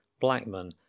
Blackman